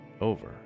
over